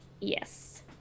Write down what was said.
Yes